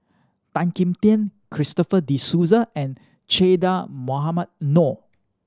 Tan Kim Tian Christopher De Souza and Che Dah Mohamed Noor